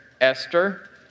Esther